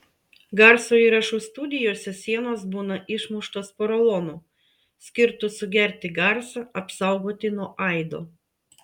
garso įrašų studijose sienos būna išmuštos porolonu skirtu sugerti garsą apsaugoti nuo aido